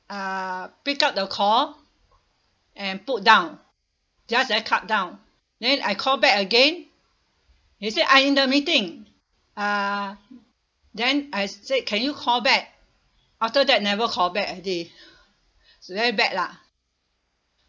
uh pick up the call and put down just a cut down then I call back again he said I in the meeting uh then I said can you call back after that never call back already so very bad lah